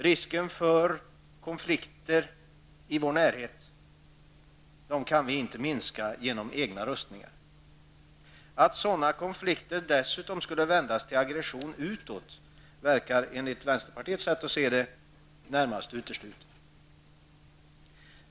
Risken för konflikter i vår närhet kan vi inte minska genom att själva rusta. Att sådana konflikter dessutom skulle vändas till aggression utåt verkar, som vi i vänsterpartiet ser saken, närmast vara uteslutet.